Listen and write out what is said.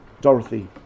Dorothy